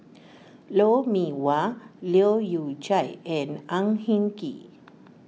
Lou Mee Wah Leu Yew Chye and Ang Hin Kee